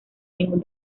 ningún